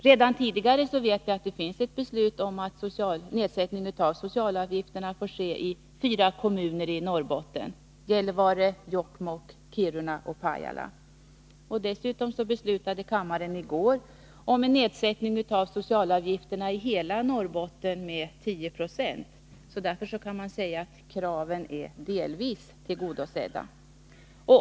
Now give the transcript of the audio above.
Det finns redan tidigare ett beslut om att nedsättning av socialavgifterna får ske i fyra kommuner i Norrbotten, nämligen Gällivare, Jokkmokk, Kiruna och Pajala. Dessutom beslöt kammaren i går om en nedsättning av socialavgifterna i hela Norrbotten med 10 26. Reservanternas krav kan därför sägas vara delvis tillgodosedda.